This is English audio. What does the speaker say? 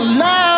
love